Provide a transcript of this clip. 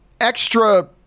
extra